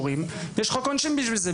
יש חוק עונשין בשביל זה.